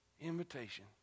invitation